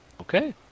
Okay